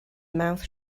mouth